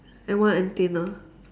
and one antenna